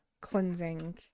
cleansing